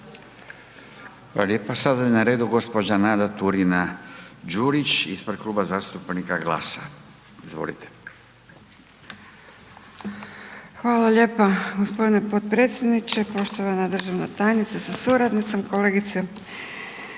Hvala lijepa gospodine potpredsjedniče. Poštovana državna tajnice sa suradnicom, kolegice